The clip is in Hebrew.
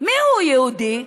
מיהו יהודי?